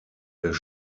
des